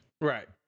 right